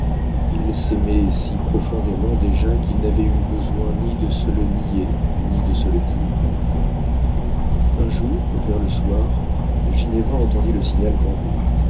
ils s'aimaient si profondément déjà qu'ils n'avaient eu besoin ni de se le nier ni de se le dire un jour vers le soir ginevra entendit le signal convenu